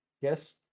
Yes